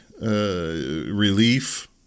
relief